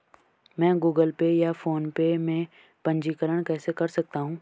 मैं Google Pay या फोनपे में पंजीकरण कैसे कर सकता हूँ?